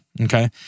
Okay